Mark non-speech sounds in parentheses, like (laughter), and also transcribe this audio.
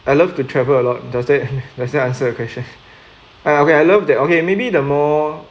I love to travel a lot does that (laughs) does that answer your question uh okay I love that okay maybe the more